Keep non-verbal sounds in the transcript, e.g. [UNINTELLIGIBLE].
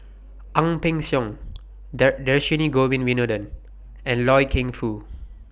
Ang Peng Siong [UNINTELLIGIBLE] Dhershini Govin Winodan and Loy Keng Foo